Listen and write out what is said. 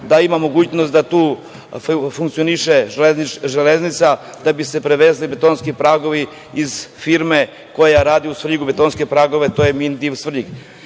da imamo mogućnost da tu funkcioniše železnica da bi se prevezli betonski pragovi iz firme koja radi u Svrljigu betonske pragove, a to je DIV Svrljig. Inače,